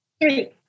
Three